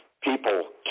people